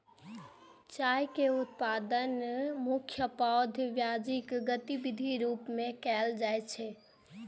चाय के उत्पादन मुख्यतः पैघ व्यावसायिक गतिविधिक रूप मे कैल जाइ छै